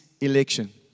election